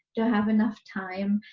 do i have enough time?